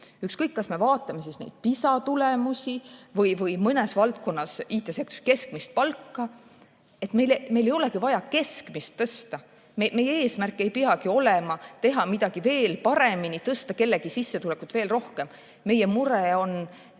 Ükskõik, kas me vaatame PISA tulemusi või mõnes valdkonnas, näiteks IT-sektoris, keskmist palka. Meil ei olegi vaja keskmist tõsta, meie eesmärk ei peagi olema teha midagi veel paremini, tõsta kellegi sissetulekut veel rohkem. Meie mure on